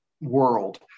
world